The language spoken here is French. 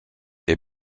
est